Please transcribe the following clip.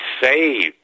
saved